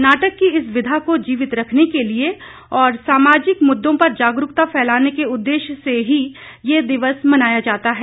नाटक की इस विधा को जीवित रखने के लिए और सामाजिक मुद्दों पर जागरूकता फैलाने के उददेश्य से ही ये दिवस मनाया जाता है